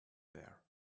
here